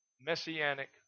messianic